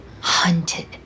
hunted